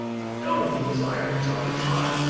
i'm filled with the desire to jump and run.